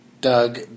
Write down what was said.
Doug